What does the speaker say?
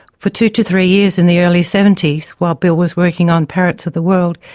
for two to three years in the early seventy s, while bill was working on parrots of the world,